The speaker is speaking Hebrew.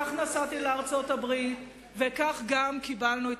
כך נסעתי לארצות-הברית וכך גם קיבלנו את